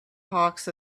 hawks